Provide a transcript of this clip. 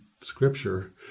scripture